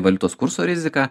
valiutos kurso rizika